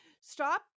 stop